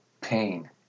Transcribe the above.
pain